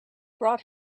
brought